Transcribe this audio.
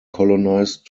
colonized